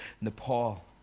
Nepal